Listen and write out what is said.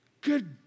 good